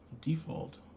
default